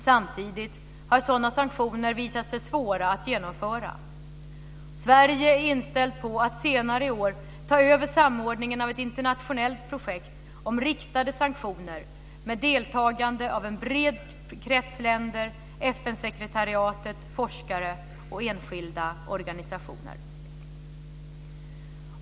Samtidigt har sådana sanktioner visat sig svåra att genomföra. Sverige är inställt på att senare i år ta över samordningen av ett internationellt projekt om riktade sanktioner, med deltagande av en bred krets länder, FN-sekretariatet, forskare och enskilda organisationer.